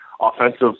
offensive